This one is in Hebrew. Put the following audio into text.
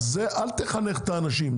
אז אל תחנך את האנשים.